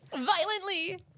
violently